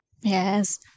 yes